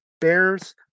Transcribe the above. Bears